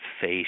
face